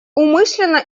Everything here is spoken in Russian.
умышленно